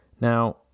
Now